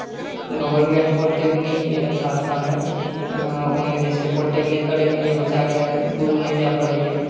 government polytechnic यए सहरसामे ओहिमे जे छै पॉलिटेक्निक करयके लिए बच्चाके दूर नहि जाय पड़ैए